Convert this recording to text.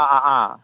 অঁ অঁ